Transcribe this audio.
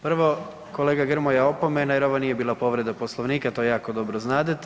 Prvo kolega Grmoja opomena jer ovo nije bila povreda Poslovnika, to jako dobro znadete.